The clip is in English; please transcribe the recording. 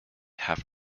have